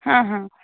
ಹಾಂ ಹಾಂ